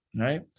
right